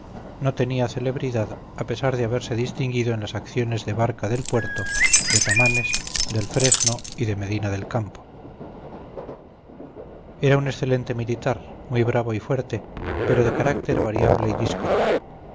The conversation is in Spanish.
no tenía celebridad a pesar de haberse distinguido en las acciones de barca del puerto de tamames del fresno y de medina del campo era un excelente militar muy bravo y fuerte pero de carácter variable y díscolo